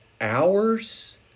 hours